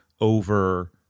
over